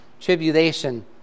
tribulation